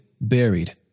buried